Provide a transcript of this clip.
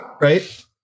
Right